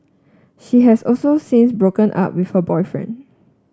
she has also since broken up with her boyfriend